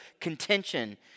contention